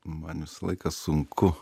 man visą laiką sunku